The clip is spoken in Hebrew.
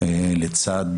ששם